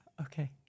Okay